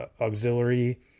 auxiliary